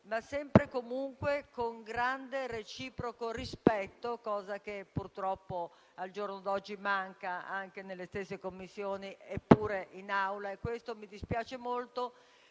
ma sempre, comunque, con grande reciproco rispetto, cosa che, purtroppo, al giorno d'oggi manca, anche nelle stesse Commissioni e pure in Aula. Questo mi dispiace molto,